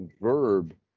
verb